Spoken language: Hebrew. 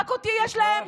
רק אותי יש להם?